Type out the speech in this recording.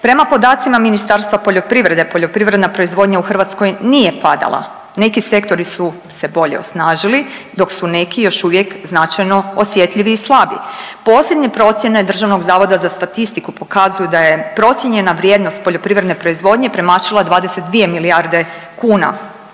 Prema podacima Ministarstva poljoprivrede poljoprivredna proizvodnja u Hrvatskoj nije padala. Neki sektori su se bolje osnažili dok su neki još uvijek značajno osjetljivi i slabi. Posljednje procjene Državnog zavoda za statistiku pokazuju da je procijenjena vrijednost poljoprivredne proizvodnje premašila 22 milijarde kuna.